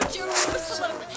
Jerusalem